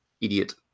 idiot